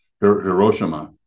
Hiroshima